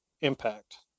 impact